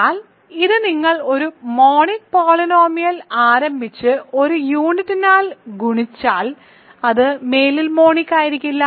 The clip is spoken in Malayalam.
എന്നാൽ ഇത് നിങ്ങൾ ഒരു മോണിക് പോളിനോമിയലിൽ ആരംഭിച്ച് ഒരു യൂണിറ്റിനാൽ ഗുണിച്ചാൽ അത് മേലിൽ മോണിക് ആയിരിക്കില്ല